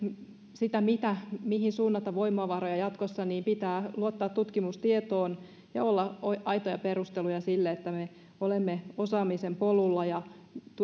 sitä mihin suunnata voimavaroja jatkossa pitää luottaa tutkimustietoon ja olla aitoja perusteluja sille että me olemme osaamisen polulla ja